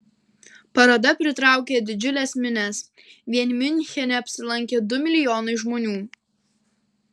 paroda pritraukė didžiules minias vien miunchene apsilankė du milijonai žmonių